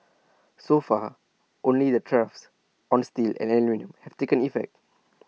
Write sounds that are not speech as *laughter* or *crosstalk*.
so far only the tariffs on steel and *unintelligible* have taken effect